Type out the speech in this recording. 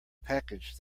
package